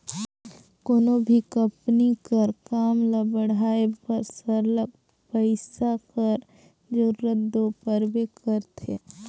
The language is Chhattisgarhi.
कोनो भी कंपनी कर काम ल बढ़ाए बर सरलग पइसा कर जरूरत दो परबे करथे